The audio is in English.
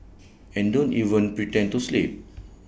and don't even pretend to sleep